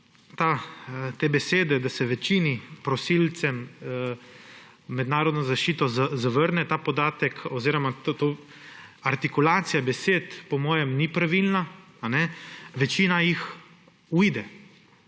te besede, da se večini prosilcev mednarodno zaščito zavrne, ta podatek oziroma artikulacija besed po mojem ni pravilna. Večina jih uide,